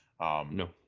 No